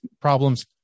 problems